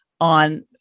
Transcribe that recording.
on